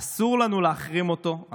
אסור לנו להחרים אותו.